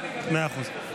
מאה אחוז.